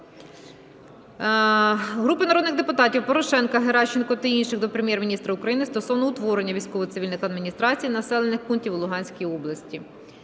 Групи народних депутатів (Порошенка, Геращенко та інших) до Прем'єр-міністра України стосовно утворення військово-цивільних адміністрацій населених пунктів у Луганській області.